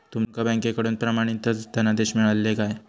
तुमका बँकेकडून प्रमाणितच धनादेश मिळाल्ले काय?